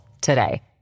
today